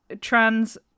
trans